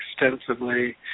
extensively